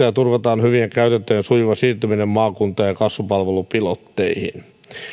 ja turvataan hyvien käytäntöjen sujuva siirtyminen maakuntaan ja kasvupalvelupilotteihin